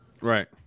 Right